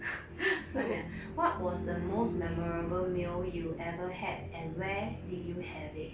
他讲 what was the most memorable meal you ever had and where did you have it